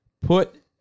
put